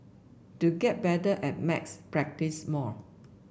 to get better at maths practise more